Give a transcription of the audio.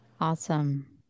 Awesome